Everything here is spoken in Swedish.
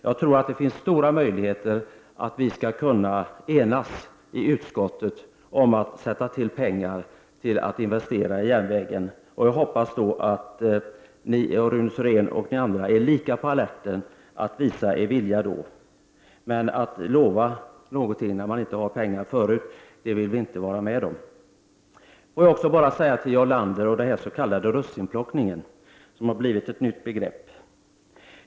Det finns, tror jag, stora möjligheter för att vi skall kunna enas i utskottet om att sätta till pengar för investeringar i järnvägen. Och jag hoppas att Rune Thorén och ni andra är lika mycket på alerten när det gäller att visa er vilja då. Men att lova någonting när man inte har pengar, det vill vi inte vara med om. Får jag också vända mig till Jarl Lander när det gäller den s.k. russinplockningen, som har blivit ett nytt begrepp.